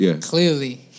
clearly